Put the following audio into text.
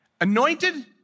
Anointed